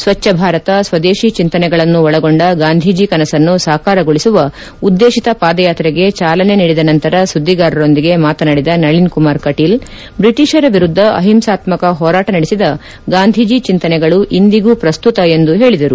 ಸ್ವಚ್ಹ ಭಾರತ ಸ್ವದೇಶಿ ಚಿಂತನೆಗಳನ್ನು ಒಳಗೊಂಡ ಗಾಧೀಜಿ ಕನಸನ್ನು ಸಾಕಾರಗೊಳಿಸುವ ಉದ್ದೇಶಿತ ಪಾದಯಾತ್ರೆಗೆ ಚಾಲನೆ ನೀಡಿದ ನಂತರ ಸುಧಿಗಾರರೊಂದಿಗೆ ಮಾತನಾಡಿದ ನಳನ್ ಕುಮಾರ್ ಕಟೀಲ್ ಬ್ರಿಟಿಷರ ವಿರುದ್ದ ಅಹಿಂಸಾತಕ ಹೋರಾಟ ನಡೆಸಿದ ಗಾಂಧೀಜಿ ಚಿಂತನೆಗಳು ಇಂದಿಗೂ ಪ್ರಸ್ತುತ ಎಂದು ಹೇಳಿದರು